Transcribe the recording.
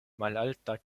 malalta